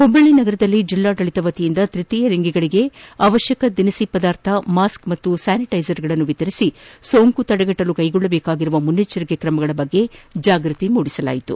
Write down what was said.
ಹುಬ್ಬಳ್ಳಿ ನಗರದಲ್ಲಿ ಜಿಲ್ಲಾಡಳಿತದ ವತಿಯಿಂದ ತೃತೀಯ ಲಿಂಗಿಗಳಿಗೆ ಅವಶ್ಠಕ ದಿನಸಿ ಪದಾರ್ಥ ಮಾಸ್ಕ್ ಮತ್ತು ಸ್ಥಾನಿಟೈಸರ್ಗಳನ್ನು ವಿತರಿಸಿ ಸೋಂಕು ತಡೆಗಟ್ಟಲು ಕೈಗೊಳ್ಳಬೇಕಾದ ಮುನೈಚ್ಚರಿಕಾ ತ್ರಮಗಳ ಬಗ್ಗೆ ಜಾಗೃತಿ ಮೂಡಿಸಲಾಯಿತು